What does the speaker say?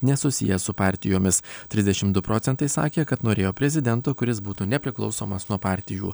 nesusijęs su partijomis trisdešim du procentai sakė kad norėjo prezidento kuris būtų nepriklausomas nuo partijų